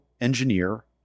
engineer